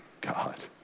God